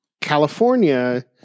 california